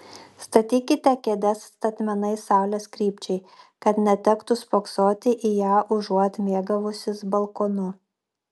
statykite kėdes statmenai saulės krypčiai kad netektų spoksoti į ją užuot mėgavusis balkonu